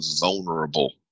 vulnerable